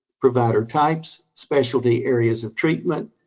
provider types, specialty areas of treatment,